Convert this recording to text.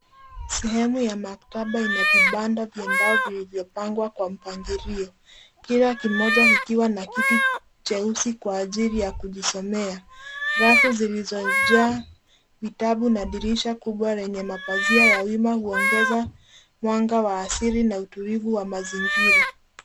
Sehemu ya maktaba ina vibanda vya mbao vilivyopangwa kwa mpangilio. Kila kimoja kikiwa na kiti cheusi kwa ajili ya kujisomea. Rafu zilizojaa vitabu na dirisha kubwa lenye mapazia ya wima huongeza mwanga wa asili na utulivu wa mazingira.